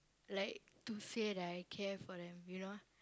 like to say that I care for them you know